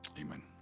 amen